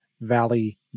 Valley